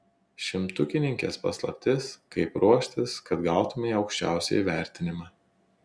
šimtukininkės paslaptis kaip ruoštis kad gautumei aukščiausią įvertinimą